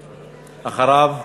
ואחריו,